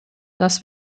dass